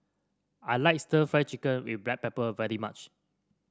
I like stir Fry Chicken with Black Pepper very much